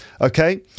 Okay